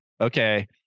okay